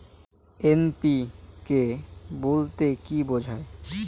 NPK বলতে কী বোঝায়?